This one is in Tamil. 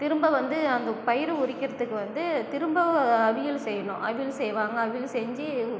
திரும்ப வந்து அந்த பயிறு உரிக்கிறதுக்கு வந்து திரும்பவும் அவியல் செய்யனும் அவியல் செய்வாங்க அவியல் செஞ்சு